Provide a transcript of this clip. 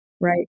right